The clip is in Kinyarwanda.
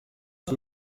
ese